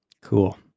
Cool